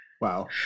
Wow